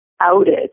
outed